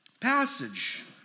passage